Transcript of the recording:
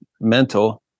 mental